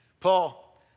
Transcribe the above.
Paul